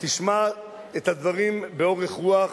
שמע את הדברים באורך רוח,